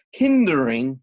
hindering